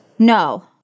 No